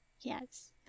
yes